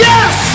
Yes